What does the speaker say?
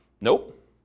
Nope